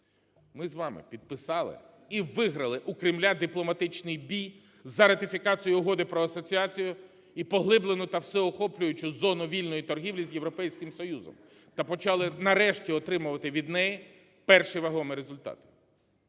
Ми з вами підписали і виграли у Кремля дипломатичний бій за ратифікацію Угоди про асоціацію і поглиблену та всеохоплюючу зону вільної торгівлі з Європейським Союзом та почали нарешті отримувати від неї перші вагомі результати.